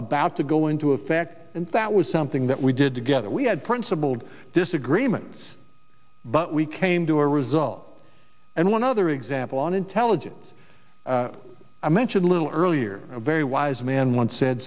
bout to go into effect and that was something that we did together we had principled disagreements but we came to a result and one other example on intelligence i mentioned a little earlier a very wise man once said